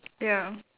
ya